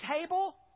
table